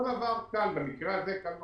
אותו הדבר כאן, ובמקרה הזה קל וחומר.